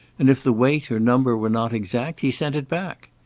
and if the weight or number were not exact, he sent it back.